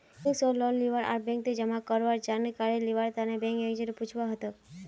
bank स loan लीबा आर बैंकत जमा करवार जानकारी लिबार तने बैंक एजेंटक पूछुवा हतोक